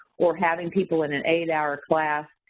or having people in an eight-hour class,